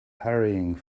hurrying